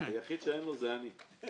היחיד שאין לו זה אני.